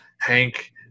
Hank